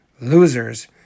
Losers